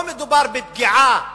לא מדובר בפגיעה